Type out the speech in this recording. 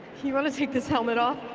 you want to take this helmet off?